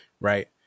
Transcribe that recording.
right